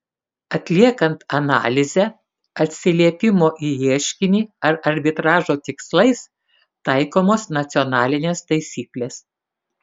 atliekant analizę atsiliepimo į ieškinį ar arbitražo tikslais taikomos nacionalinės taisyklės